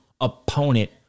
opponent